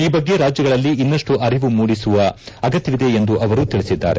ಈ ಬಗ್ಗೆ ರಾಜ್ಯಗಳಲ್ಲಿ ಇನ್ನುಷ್ಟು ಅರಿವು ಮೂಡಿಸುವ ಅಗತ್ತವಿದೆ ಎಂದು ಅವರು ತಿಳಿಸಿದ್ದಾರೆ